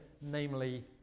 namely